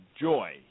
joy